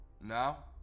Now